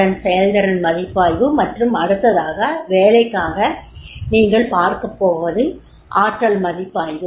அதன் செயல்திறன் மதிப்பாய்வு மற்றும் அடுத்த வேலைக்காக நீங்கள் பார்க்கப்போவது ஆற்றல் மதிப்பாய்வு